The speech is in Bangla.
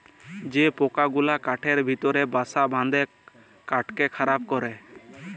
যে পকা গুলা কাঠের ভিতরে বাসা বাঁধে কাঠকে খারাপ ক্যরে